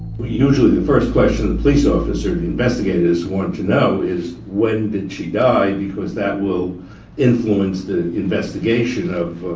usually the first question the police officer the investigators, want to know is when did she die because that will influence the investigation of